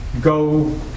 go